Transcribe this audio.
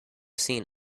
seen